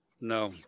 No